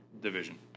division